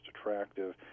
attractive